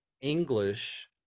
English